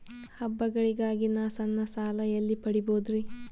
ಹಬ್ಬಗಳಿಗಾಗಿ ನಾ ಸಣ್ಣ ಸಾಲ ಎಲ್ಲಿ ಪಡಿಬೋದರಿ?